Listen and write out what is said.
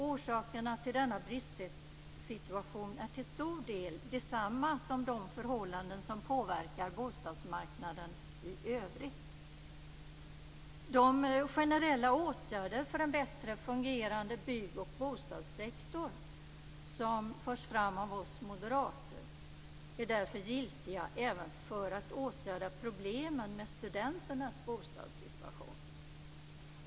Orsakerna till denna bristsituation är till stor del desamma som de förhållanden som påverkar bostadsmarknaden i övrigt. De generella åtgärder för en bättre fungerande bygg och bostadssektor som förs fram av oss moderater är därför giltiga även för att åtgärda problemen med studenternas bostadssituation.